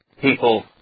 people